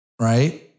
right